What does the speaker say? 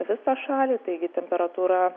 visą šalį taigi temperatūra